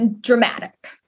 dramatic